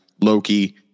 Loki